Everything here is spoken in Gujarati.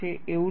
એવું નથી